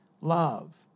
love